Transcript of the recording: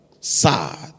sad